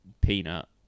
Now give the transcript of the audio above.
Peanut